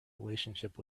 relationship